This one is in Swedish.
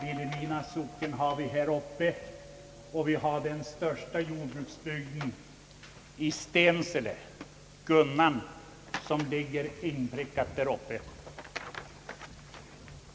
Vi har Vilhelmina socken och den stora jordbruksbygden Gunnan i Stensele.